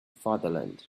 fatherland